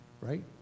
Right